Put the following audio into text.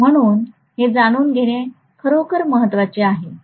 म्हणून हे जाणून घेणे खरोखर महत्वाचे आहे